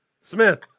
Smith